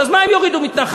אז מה אם יורידו מתנחלים?